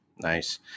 nice